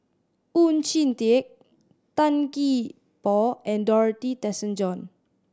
Oon Jin Teik Tan Gee Paw and Dorothy Tessensohn